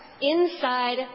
inside